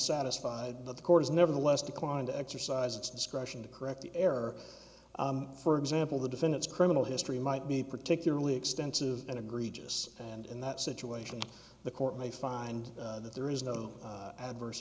satisfied the court is nevertheless declined to exercise its discretion to correct the error for example the defendant's criminal history might be particularly extensive and agree just and in that situation the court may find that there is no adverse